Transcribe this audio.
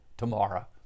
tomorrow